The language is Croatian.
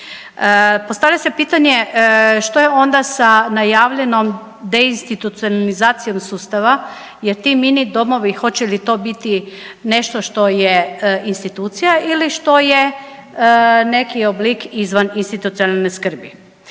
Postavlja se pitanje što je onda sa najavljenom deinstitucionalizacijom sustava jer ti mini domovi hoće li to biti nešto što je institucija ili što je neki oblik izvaninstitucionalne skrbi.